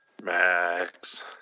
Max